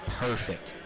perfect